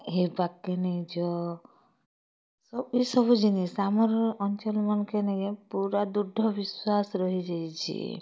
ହେ ବାଗକେ୍ ନେଇଯାଅ ଏ ସବୁ ଜିନିଷ୍ ଆମର୍ ଅଞ୍ଚଲମାନକେ୍ ନେଇକେ ପୁରା ଦୃଢ଼ବିଶ୍ୱାସ ରହିଯାଇଛି